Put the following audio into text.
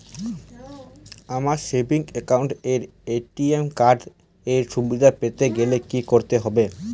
আমার savings account এ ATM card এর সুবিধা পেতে গেলে কি করতে হবে?